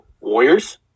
Warriors